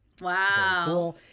Wow